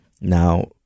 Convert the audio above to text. now